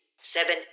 seven